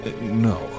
No